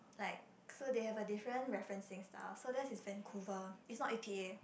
like so they have a different referencing style so their's is Vancouver it's not E_P_A